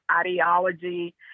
ideology